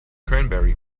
cranberry